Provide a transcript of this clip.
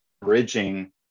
bridging